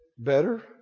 better